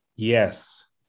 Yes